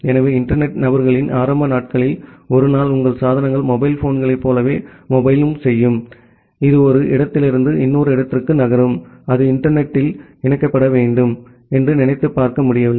எனவே இன்டர்நெட் நபர்களின் ஆரம்ப நாட்களில் ஒரு நாள் உங்கள் சாதனங்கள் மொபைல் போன்களைப் போலவே மொபைல் செய்யும் இது ஒரு இடத்திலிருந்து இன்னொரு இடத்திற்கு நகரும் அது இன்டர்நெட் த்தில் இணைக்கப்பட வேண்டும் என்று நினைத்துப் பார்க்க முடியவில்லை